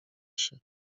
się